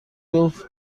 گفت